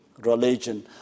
religion